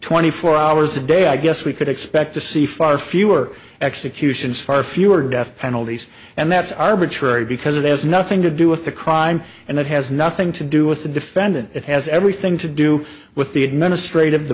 twenty four hours a day i guess we could expect to see far fewer executions far fewer death penalties and that's our bitch very because it has nothing to do with the crime and it has nothing to do with the defendant it has everything to do with the administrative the